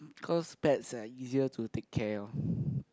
cause pets are easier to take care orh